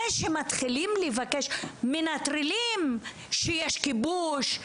זה שמנטרלים את זה שיש כיבוש,